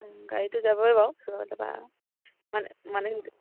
গাড়ীটো যাবই বাউ মানে মানে